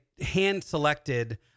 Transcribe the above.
hand-selected